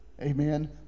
Amen